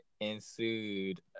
ensued